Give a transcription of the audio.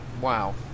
wow